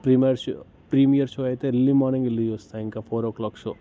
premier show premiere show అయితే early morning వెళ్ళి చూస్తాను ఇంక ఫోరో క్లాక్ షో